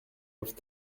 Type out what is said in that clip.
with